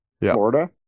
Florida